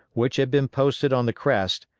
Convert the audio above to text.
which had been posted on the crest,